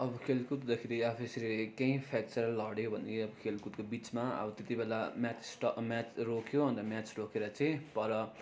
अब खेलकुद हुँदाखेरि आफू यसरी केही फ्र्याक्चर लड्यो भने खेलकुदको बिचमा अब त्यति बेला म्याच ट म्याच रोक्यो अन्त म्याच रोकेर चाहिँ पर